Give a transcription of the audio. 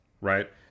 right